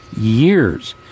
years